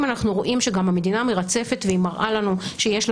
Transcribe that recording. אם אנחנו רואים שגם המדינה מרצפת והיא מראה לנו שיש לה